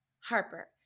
Harper